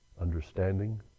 understanding